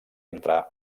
entre